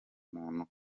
muntu